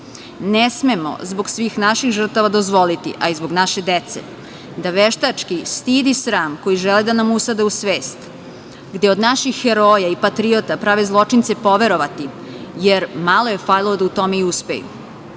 Ne smemo zbog svih naših žrtava dozvoliti, a i zbog naše dece da veštački stid i sram koji žele da nam usade u svest, gde od naših heroja i patriota prave zločince, poverovati, jer malo je falilo da u tome i uspeju. Zato